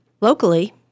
Locally